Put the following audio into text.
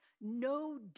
no